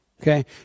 Okay